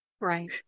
right